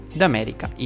d'America